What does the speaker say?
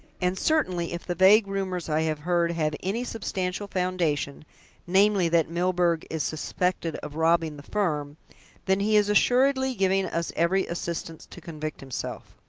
and certainly, if the vague rumours i have heard have any substantial foundation namely, that milburgh is suspected of robbing the firm then he is assuredly giving us every assistance to convict himself.